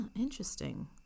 interesting